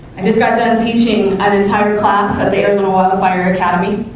and just got done teaching an entire class at the arizona wildfire academy.